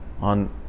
on